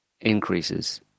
increases